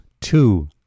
two